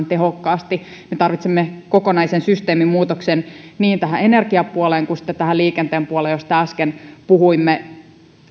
tehokkaasti me tarvitsemme kokonaisen systeemin muutoksen niin energiapuoleen kuin sitten liikenteen puoleen josta äsken puhuimme